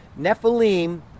Nephilim